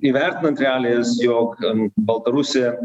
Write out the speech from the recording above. įvertinant realijas jog baltarusija